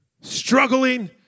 Struggling